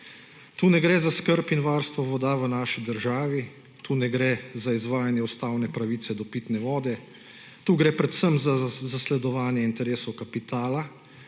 Tu ne gre za skrb in varstvo voda v naši državi, tu ne gre za izvajanje ustavne pravice do pitne vode, tu gre predvsem za zasledovanje interesov kapitala,